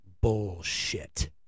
bullshit